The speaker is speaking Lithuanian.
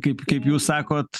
kaip kaip jūs sakot